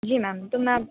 جی ma'am تو میں